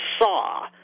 saw